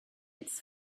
its